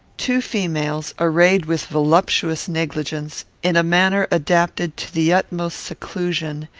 two females, arrayed with voluptuous negligence, in a manner adapted to the utmost seclusion,